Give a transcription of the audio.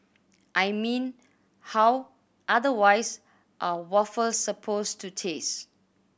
I mean how otherwise are waffles supposed to taste